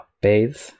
bathe